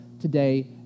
today